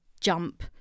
jump